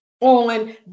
on